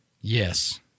Yes